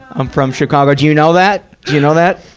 i'm from chicago. do you know that? do you know that?